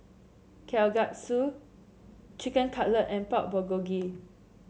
Kalguksu Chicken Cutlet and Pork Bulgogi